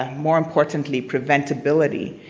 ah more importantly, preventability,